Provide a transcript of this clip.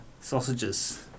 Sausages